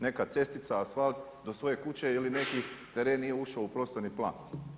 Neka cestica, asfalt do svoje kuće ili neki teren nije ušao u prostorni plan.